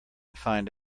find